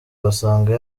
basanga